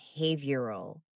behavioral